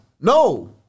No